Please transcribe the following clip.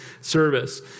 service